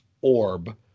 orb